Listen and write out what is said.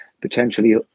potentially